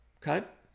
cut